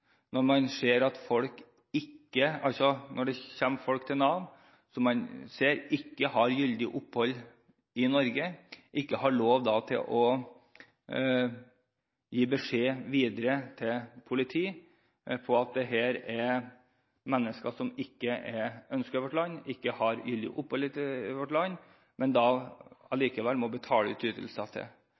Når det kommer folk til Nav som man ser ikke har gyldig opphold i Norge, har man ikke lov til å gi beskjed videre til politiet om at her er det mennesker som ikke er ønsket i vårt land, og som ikke har gyldig opphold i vårt land, men man må allikevel betale ut ytelser til